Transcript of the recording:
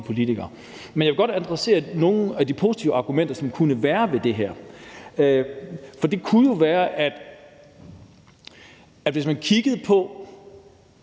politikere. Men jeg vil godt adressere nogle af de positive elementer, som der kunne være ved det her. For det kunne jo være, at man kunne kigge på,